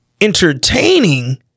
entertaining